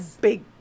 big